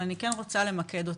אבל אני כן רוצה למקד אותה.